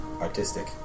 artistic